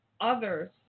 others